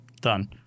Done